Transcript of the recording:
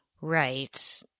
Right